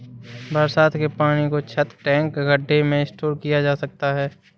बरसात के पानी को छत, टैंक, गढ्ढे में स्टोर किया जा सकता है